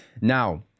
Now